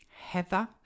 heather